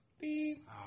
Beep